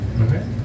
Okay